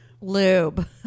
lube